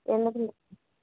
ఎందుకు